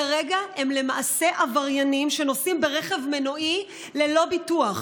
כרגע הם למעשה עבריינים שנוסעים ברכב מנועי ללא ביטוח.